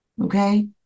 okay